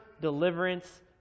deliverance